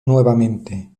nuevamente